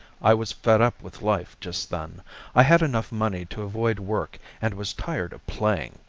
i was fed-up with life just then i had enough money to avoid work and was tired of playing.